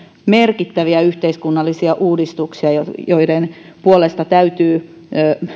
merkittäviä yhteiskunnallisia uudistuksia joiden puolesta täytyy